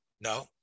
no